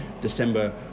December